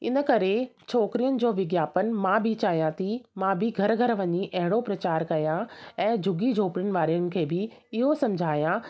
इन करे छोकिरियुनि जो विज्ञापन मां बि चाहियां थी मां बि घरु घरु वञी अहिड़ो प्रचारु कयां ऐं झुॻी झोपिड़ियुनि वारनि खे बि इहो सम्झायां